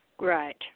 Right